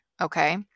okay